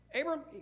Abram